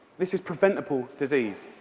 this is preventable disease.